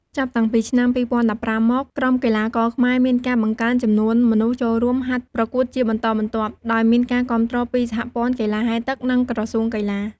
ចាប់តាំងពីឆ្នាំ ២០១៥ មក ក្រុមកីឡាករខ្មែរមានការបង្កើនចំនួនមនុស្សចូលរួមហាត់ប្រកួតជាបន្តបន្ទាប់ ដោយមានការគាំទ្រពីសហព័ន្ធកីឡាហែលទឹក និងក្រសួងកីឡា។